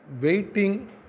waiting